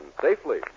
safely